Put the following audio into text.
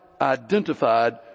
identified